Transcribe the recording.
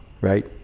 right